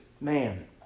man